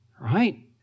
right